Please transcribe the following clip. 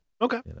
Okay